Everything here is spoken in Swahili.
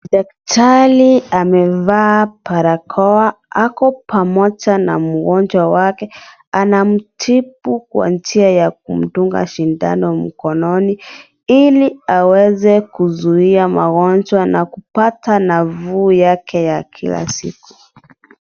Daktari amevaa barakoa. Ako pamoja na mgonjwa wake. Anamtibu kwa njia ya kumdunga sindano mkononi, ili aweze kuzuia magonjwa na kupata nafuu yake ya kila siku.